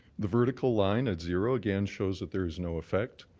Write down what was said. the vertical line at zero again shows that there is no effect.